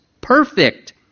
perfect